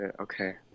okay